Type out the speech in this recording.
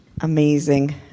amazing